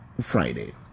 Friday